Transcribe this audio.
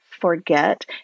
forget